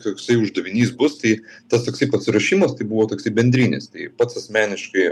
koksai uždavinys bus tai tas toksai pasiruošimas tai buvo toksai bendrinis tai pats asmeniškai